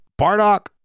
Bardock